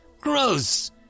gross